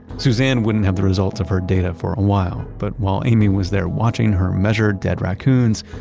suzanne wouldn't have the results of her data for a while but while amy was there watching her measure dead raccoons,